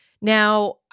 Now